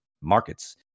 markets